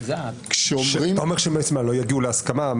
אומר שלא יגיעו להסכמה?